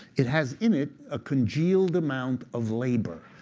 it has in it a congealed amount of labor.